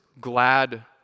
glad